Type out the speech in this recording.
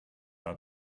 are